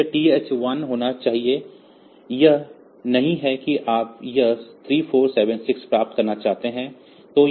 तो यह TH1 होना चाहिए यह नहीं है यदि आप यह 3476 प्राप्त करना चाहते हैं